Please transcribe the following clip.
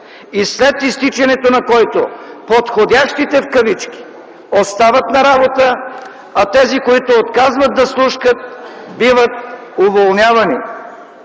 и след изтичането на който подходящите, в кавички, остават на работа, а тези, които отказват да слушкат, биват уволнявани.